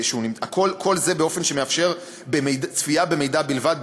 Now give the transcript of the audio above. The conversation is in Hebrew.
כל זה באופן שמאפשר צפייה במידע בלבד,